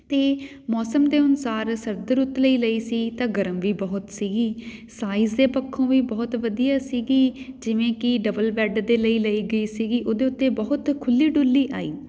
ਅਤੇ ਮੌਸਮ ਦੇ ਅਨੁਸਾਰ ਸਰਦ ਰੁੱਤ ਲਈ ਲਈ ਸੀ ਤਾਂ ਗਰਮ ਵੀ ਬਹੁਤ ਸੀਗੀ ਸਾਈਜ਼ ਦੇ ਪੱਖੋਂ ਵੀ ਬਹੁਤ ਵਧੀਆ ਸੀਗੀ ਜਿਵੇਂ ਕਿ ਡਬਲ ਬੈੱਡ ਦੇ ਲਈ ਲਈ ਗਈ ਸੀਗੀ ਉਹਦੇ ਉੱਤੇ ਬਹੁਤ ਖੁੱਲ੍ਹੀ ਡੁੱਲੀ ਆਈ